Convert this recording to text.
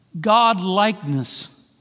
God-likeness